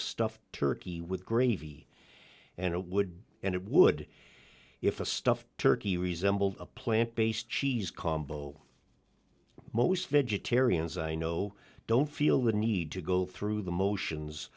stuffed turkey with gravy and it would and it would if a stuffed turkey resembled a plant based cheese combo most vegetarians i know don't feel the need to go through the motions